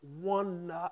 one